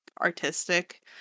artistic